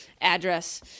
address